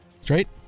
Straight